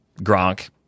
Gronk